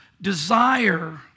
desire